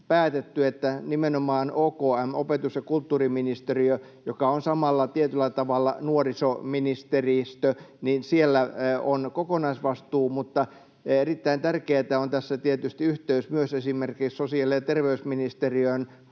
on nimenomaan OKM:ssä, opetus- ja kulttuuriministeriössä, joka on samalla tietyllä tavalla nuorisoministeriö, mutta erittäin tärkeätä on tässä tietysti yhteys myös esimerkiksi sosiaali- ja terveysministeriön hallinnonalaan,